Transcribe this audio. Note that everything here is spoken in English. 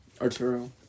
Arturo